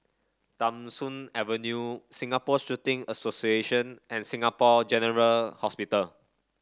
Tham Soong Avenue Singapore Shooting Association and Singapore General Hospital